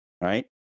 right